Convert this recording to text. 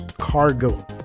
cargo